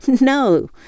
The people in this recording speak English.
No